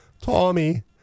Tommy